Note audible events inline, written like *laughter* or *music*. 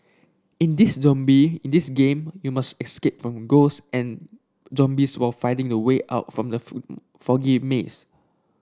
in this zombie in this game you must escape from ghost and zombies while finding the way out from the *unintelligible* foggy maze